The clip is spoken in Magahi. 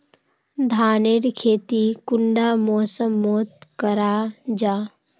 धानेर खेती कुंडा मौसम मोत करा जा?